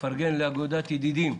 לפרגן לאגודת "ידידים".